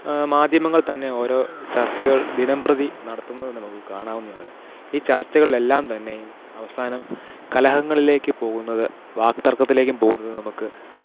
മാധ്യമങ്ങള് തന്നെ ഓരോ ചര്ച്ചകള് ദിനംപ്രതി നടത്തുന്നത് നമുക്ക് കാണാവുന്നതാണ് ഈ ചര്ച്ചകളിലെല്ലാം തന്നെ അവസാനം കലഹങ്ങളിലേക്കു പോകുന്നത് വാക് തര്ക്കത്തിലേക്കും പോകുന്നത് നമുക്ക്